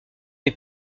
est